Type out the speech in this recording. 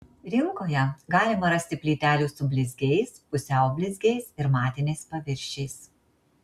rinkoje galima rasti plytelių su blizgiais pusiau blizgiais ir matiniais paviršiais